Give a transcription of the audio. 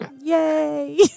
Yay